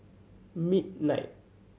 midnight